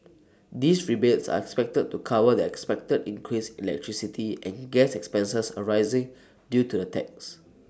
these rebates are expected to cover the expected increase electricity and gas expenses arising due to the tax